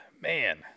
man